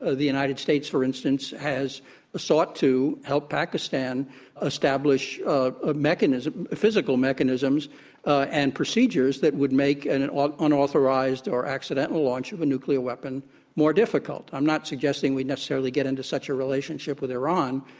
ah the united states, for instance, has sought to help pakistan establish ah ah physical mechanisms and procedures that would make an an ah unauthorized or accidental launch of a nuclear weapon more difficult. i'm not suggesting we necessarily get into such a relationship with iran,